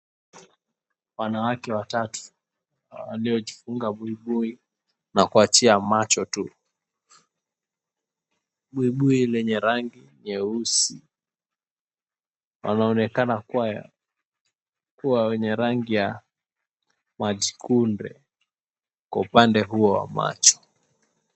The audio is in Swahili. Wanawake watatu waliojifunga buibui na kuachia macho tu, buibui lenye rangi nyeusi. Wanaonekana kuwa wenye rangi ya maji kunde kwa upande huo wa macho.